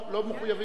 לא.